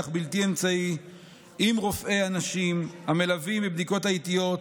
בלתי אמצעי עם רופאי הנשים המלווים בבדיקות העיתיות,